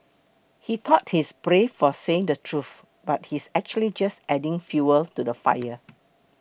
he thought he's brave for saying the truth but he's actually just adding fuel to the fire